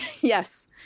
yes